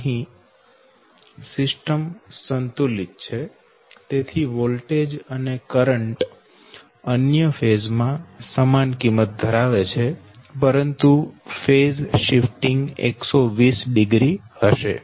અહી સિસ્ટમ સંતુલિત છે તેથી વોલ્ટેજ અને કરંટ અન્ય ફેઝ માં સમાન કિંમત ધરાવે છે પરંતુ ફેઝ શિફટીંગ 120o હશે